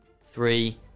three